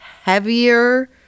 heavier